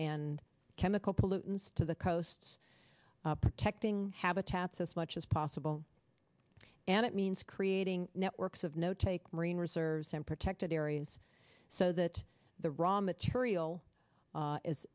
and chemical pollutants to the coasts protecting habitats as much as possible and it means creating networks of no take marine reserves and protected areas so that the raw material